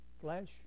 flesh